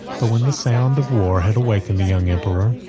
but when the sound of war had awakened the young emperor,